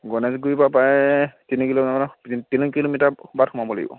গনেশগুৰিৰপৰা প্ৰায় তিনি কিলোমিটাৰ তিনি কিলোমিটাৰ বাট সোমাব লাগিব